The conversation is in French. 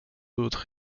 autres